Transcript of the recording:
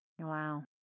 Wow